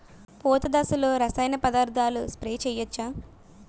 పూత దశలో రసాయన పదార్థాలు స్ప్రే చేయచ్చ?